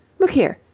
look here,